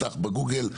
פתח בגוגל,